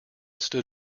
stood